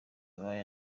abaye